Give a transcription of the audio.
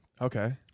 Okay